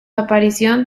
aparición